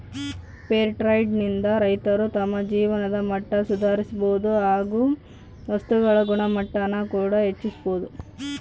fair trade ನಿಂದ ರೈತರು ತಮ್ಮ ಜೀವನದ ಮಟ್ಟ ಸುಧಾರಿಸಬೋದು ಹಾಗು ವಸ್ತುಗಳ ಗುಣಮಟ್ಟಾನ ಕೂಡ ಹೆಚ್ಚಿಸ್ಬೋದು